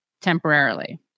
temporarily